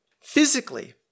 Physically